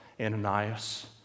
Ananias